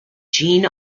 jean